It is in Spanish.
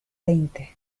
veinte